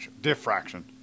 diffraction